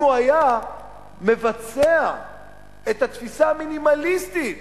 אם הוא היה מבצע את התפיסה המינימליסטית